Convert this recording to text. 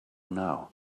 now